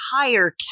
entire